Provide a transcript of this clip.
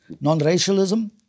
Non-racialism